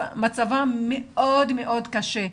מצבן מאוד מאוד קשה.